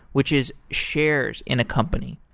which is shares in a company.